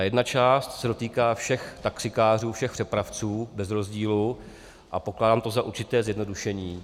Jedna část se dotýká všech taxikářů, všech přepravců bez rozdílu a pokládám to za určité zjednodušení.